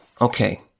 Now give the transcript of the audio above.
Okay